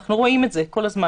אנחנו רואים את זה כל הזמן.